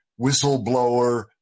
whistleblower